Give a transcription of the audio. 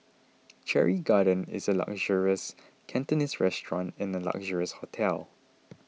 Cherry Garden is a luxurious Cantonese restaurant in a luxurious hotel